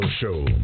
Show